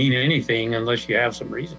mean anything unless you have some reason